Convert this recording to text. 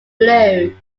blue